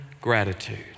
gratitude